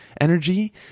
energy